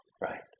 right